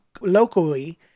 locally